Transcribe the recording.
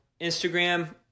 Instagram